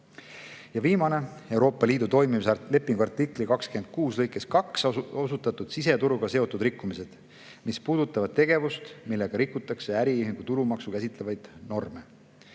ja viimane, Euroopa Liidu toimimise lepingu artikli 26 lõikes 2 osutatud siseturuga seotud rikkumised, mis puudutavad tegevust, millega rikutakse äriühingu tulumaksu käsitlevaid norme,